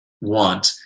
want